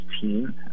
team